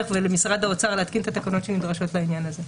ולמשרד האוצר להתקין את התקנות שנדרשות לעניין הזה.